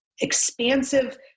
expansive